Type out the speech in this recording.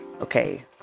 Okay